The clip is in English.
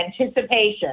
anticipation